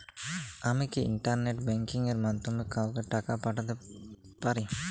আমি কি internet banking এর মাধ্যমে কাওকে টাকা পাঠাতে পারি?